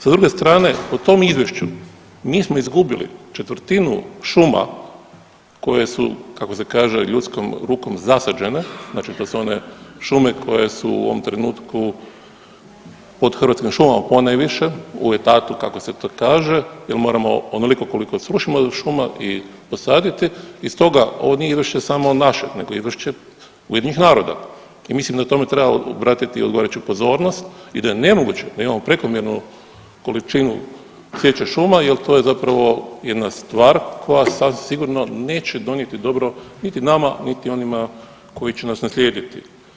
Sa druge strane po tom izvješću mi smo izgubili četvrtinu šuma koje su kako se kaže ljudskom rukom zasađene, znači to su one šume koje su u ovom trenutku pod Hrvatskim šumama ponajviše u etatu kako se to kaže jel moramo onoliko koliko srušimo šuma i posaditi i stoga ovo nije izvješće samo naše nego izvješće UN-a i mislim da tome treba obratiti odgovarajuću pozornost i da je nemoguće da imamo prekomjernu količinu sječe šuma jel to je zapravo jedna stvar koja sad sigurno neće donijeti dobro niti nama niti onima koji će nas naslijediti.